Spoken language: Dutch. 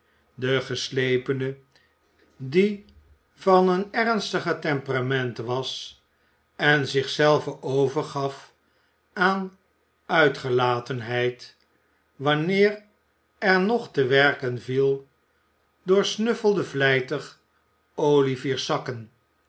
de ceslepene die van een ernstiger temperament was en zich zelven overgaf aan uitgelatenheid wanneer er nog te werken viel doorsnuffelde vlijtig olivier's